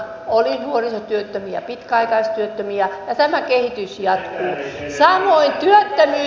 oli nuorisotyöttömiä pitkäaikaistyöttömiä ja tämä kehitys jatkuu